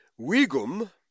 Wigum